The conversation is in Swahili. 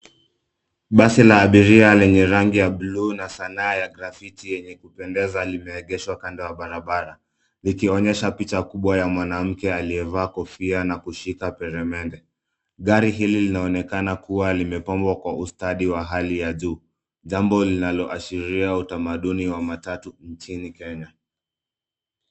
Basi la abiria lenye rangi ya buluu na sanaa ya grafiti yenye kupendeza limeegeshwa kando ya barabara likionyesha picha kubwa ya mwanamke aliye vaa kofia na kushika peremende. Gari hili linaonekana kua limepambwa kwa ustadi wa hali ya juu. Jambo linalo ashiria utamaduni wa matatu nchini Kenya.